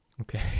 okay